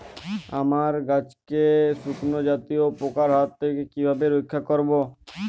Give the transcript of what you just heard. আমার গাছকে শঙ্কু জাতীয় পোকার হাত থেকে কিভাবে রক্ষা করব?